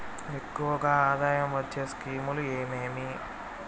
ఎక్కువగా ఆదాయం వచ్చే స్కీమ్ లు ఏమేమీ?